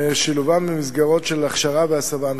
ושילובם במסגרות של הכשרה והסבה מקצועית.